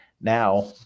now